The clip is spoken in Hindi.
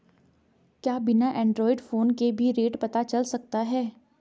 क्या बिना एंड्रॉयड फ़ोन के भी रेट पता चल सकता है?